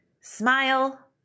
smile